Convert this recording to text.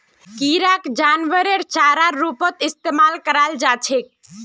किराक जानवरेर चारार रूपत इस्तमाल कराल जा छेक